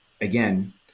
again